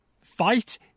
fight